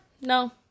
no